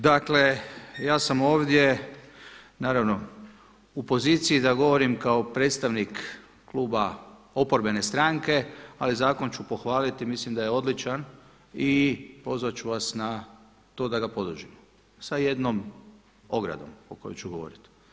Dakle, ja sam ovdje naravno u poziciji da govorim kao predstavnik kluba oporbene stranke ali zakon ću pohvaliti, mislim da je odličan i pozvati ću vas na to da ga podržimo sa jednom ogradom o kojoj ću govoriti.